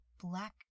black